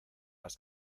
las